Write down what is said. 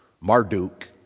Marduk